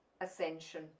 ascension